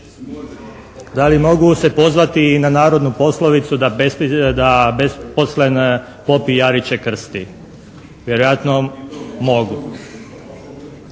Da li mogu se pozvati i na narodnu poslovicu da besposlen pop i jariće krsti? Vjerojatno mogu,